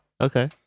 Okay